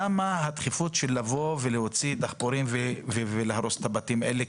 למה הדחיפות של לבוא ולהוציא דחפורים ולהרוס את הבתים האלה,